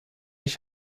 ich